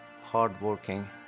hardworking